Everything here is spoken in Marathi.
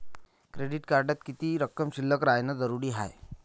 क्रेडिट कार्डात किती रक्कम शिल्लक राहानं जरुरी हाय?